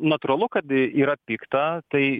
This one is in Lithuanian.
natūralu kad yra pikta tai